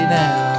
now